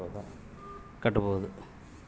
Google Pay ದಾಗ ನಾವ್ current bill ಕಟ್ಟೋದು